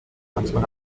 manchmal